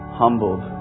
humbled